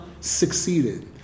succeeded